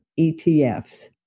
etfs